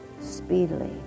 speedily